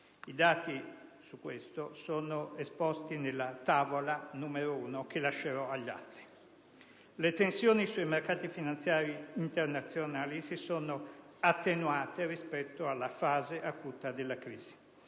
I dati su questo sono esposti nella Tavola n. 1 che allegherò agli atti. Le tensioni sui mercati finanziari internazionali si sono attenuate rispetto alla fase acuta della crisi.